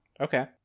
okay